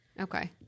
Okay